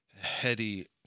heady